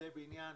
עובדי בניין,